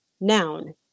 noun